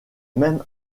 même